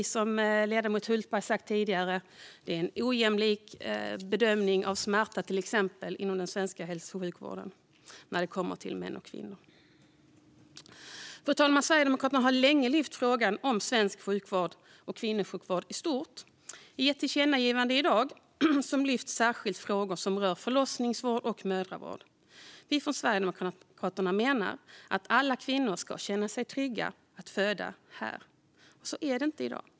Som ledamoten Hultberg sa tidigare är till exempel bedömningen av smärta inom den svenska hälso och sjukvården ojämlik mellan män och kvinnor. Fru talman! Sverigedemokraterna har länge lyft fram frågan om svensk kvinnosjukvård. I ett förslag till tillkännagivande i dag lyfter vi särskilt fram frågor som rör förlossningsvård och mödravård. Vi i Sverigedemokraterna menar att alla kvinnor i Sverige ska känna sig trygga i att föda här. Så är det inte i dag.